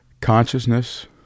consciousness